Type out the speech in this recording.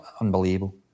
Unbelievable